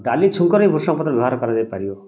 ଡାଲି ଛୁଙ୍କରେ ଭୃସଙ୍ଗପତ୍ର ବ୍ୟବହାର କରାଯାଇପାରିବ